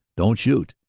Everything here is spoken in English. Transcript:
don't shoot,